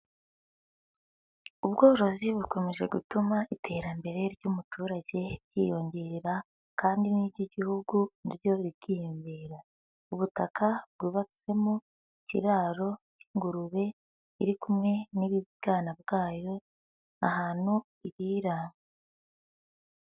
Ubworozi bukomeje gutuma iterambere ry'umuturage ryiyongera, kandi n'iry'igihugu na ryo rikiyongera. Ubutaka bwubatsemo ikiraro k'ingurube iri kumwe n'ibibwana bwayo ahantu irira.